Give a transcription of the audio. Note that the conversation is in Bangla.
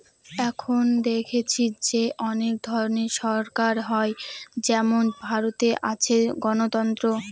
এখন দেখেছি যে অনেক ধরনের সরকার হয় যেমন ভারতে আছে গণতন্ত্র